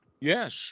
yes